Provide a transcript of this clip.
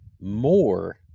more